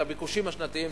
את הביקושים השנתיים,